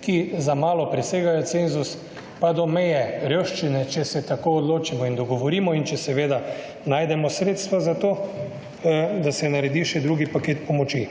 ki za malo presegajo cenzus, pa do meje revščine, če se tako odločimo in dogovorimo in če seveda najdemo sredstva za to, da se naredi še drugi paket pomoči.